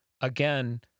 again